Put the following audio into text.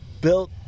built